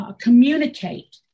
communicate